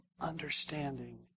understanding